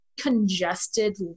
congested